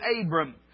Abram